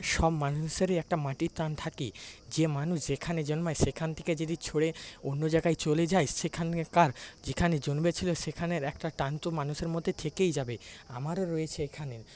সব মানুষদেরই একটা মাটির টান থাকেই যে মানুষ যেখানে জন্মায় সেখান থেকে যদি ছেড়ে অন্য জাগায় চলে যায় সেখানকার যেখানে জন্মে ছিল সেখানের একটা টান তো মানুষের মধ্যে থেকেই যাবে আমারও রয়েছে এখানের